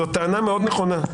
כי זאת טענה מאוד נכונה.